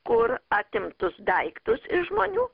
kur atimtus daiktus iš žmonių